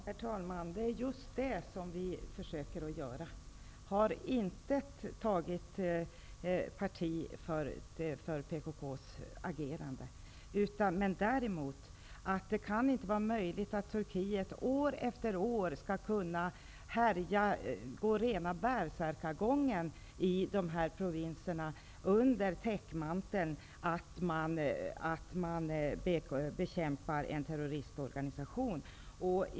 Herr talman! Det är just det vi försöker göra. Vi har inte tagit parti för PKK:s agerande. Men det kan inte vara möjligt att Turkiet år efter år skall kunna härja och närmast gå bärsärkagång i dessa provinser under täckmanteln att man bekämpar en terroristorganisation.